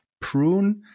prune